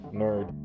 nerd